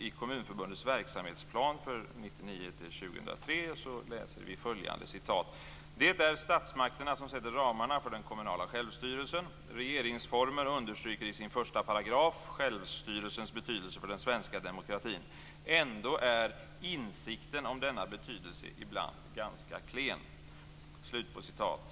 I Kommunförbundets verksamhetsplan för 1999-2003 läser vi följande citat: "Det är statsmakterna som sätter ramarna för den kommunala självstyrelsen. Regeringsformen understryker i sin första paragraf självstyrelsens betydelse för den svenska demokratin. Ändå är insikten om denna betydelse ibland ganska klen."